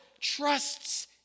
trusts